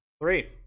Three